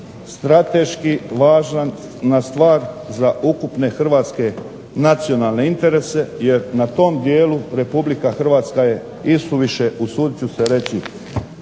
strateški važna stvar za ukupne hrvatske nacionalne interese jer na tom dijelu RH je isuviše usudit ću se reći